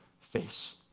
face